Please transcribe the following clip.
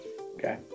Okay